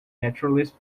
naturalist